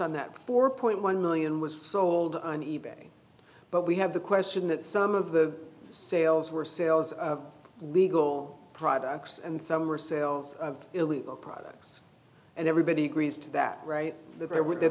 on that four point one million was sold on e bay but we have the question that some of the sales were sales of legal products and some are sales of illegal products and everybody agrees to that right there